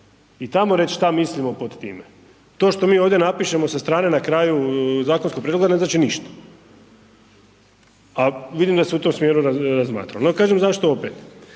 i tamo reć šta mislimo pod time, to što mi ovdje napišemo sa strane na kraju zakonskog prijedloga ne znači ništa, a vidim da se u tom smjeru razmatralo, no kažem zašto opet.